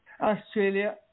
Australia